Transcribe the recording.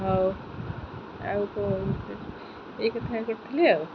ହଉ ଆଉ କ'ଣ ଏଇ କଥା ଆଉ